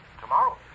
Tomorrow